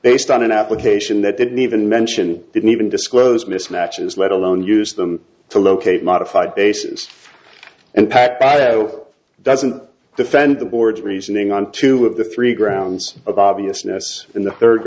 based on an application that it needed mention didn't even disclose mismatches let alone use them to locate modified bases and pat bio doesn't defend the board's reasoning on two of the three grounds of obviousness in the third